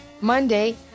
Monday